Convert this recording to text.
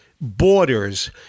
borders